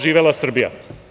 Živela Srbija.